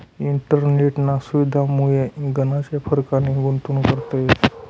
इंटरनेटना सुविधामुये गनच परकारनी गुंतवणूक करता येस